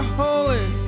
holy